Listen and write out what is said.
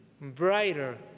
brighter